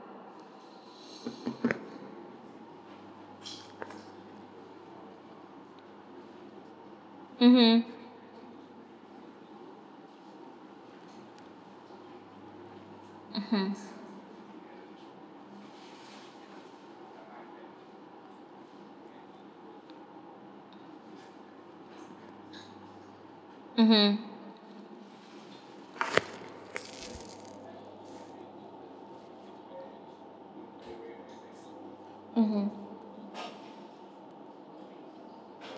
mmhmm mmhmm mmhmm mmhmm